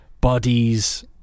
bodies